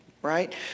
Right